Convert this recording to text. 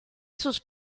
sus